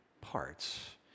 parts